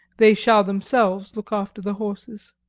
they shall themselves look after the horses.